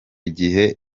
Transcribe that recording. gihe